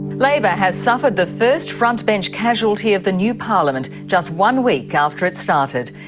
labor has suffered the first frontbench casualty of the new parliament, just one week after it started.